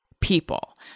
people